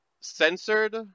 censored